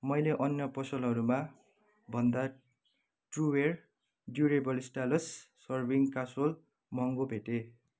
मैले अन्य पसलहरूमा भन्दा trueware durable stainless serving casserole महँगो भेटेँ